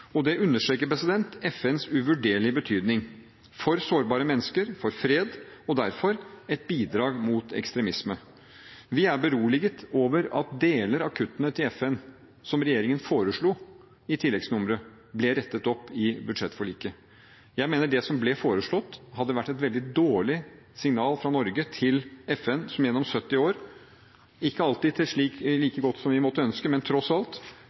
Det understreker FNs uvurderlige betydning for sårbare mennesker og for fred og er derfor et bidrag til kampen mot ekstremisme. Vi er beroliget over at deler av kuttene til FN som regjeringen foreslo i tilleggsnummeret, ble rettet opp i budsjettforliket. Jeg mener det som ble foreslått, hadde vært et veldig dårlig signal fra Norge til FN, som gjennom 70 år, ikke alltid like godt som vi måtte ønske, men som tross alt